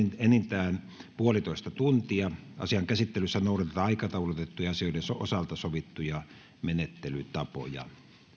enintään yksi pilkku viisi tuntia asian käsittelyssä noudatetaan aikataulutettujen asioiden osalta sovittuja menettelytapoja